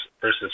versus